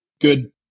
good